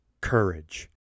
courage